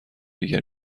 دیگر